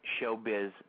showbiz